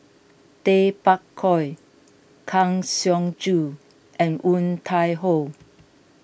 Tay Bak Koi Kang Siong Joo and Woon Tai Ho